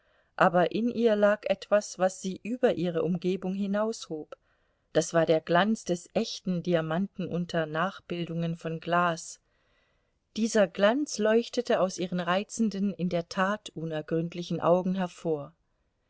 aber in ihr lag etwas was sie über ihre umgebung hinaushob das war der glanz des echten diamanten unter nachbildungen von glas dieser glanz leuchtete aus ihren reizenden in der tat unergründlichen augen hervor